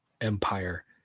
empire